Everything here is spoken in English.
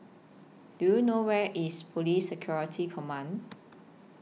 Do YOU know Where IS Police Security Command